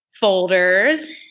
folders